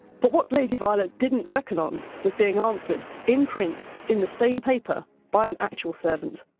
but what lady violent didn't reckon on was being answered in print in the same paper by an actual servant,